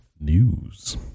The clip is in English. news